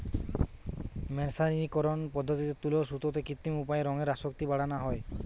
মের্সারিকরন পদ্ধতিতে তুলোর সুতোতে কৃত্রিম উপায়ে রঙের আসক্তি বাড়ানা হয়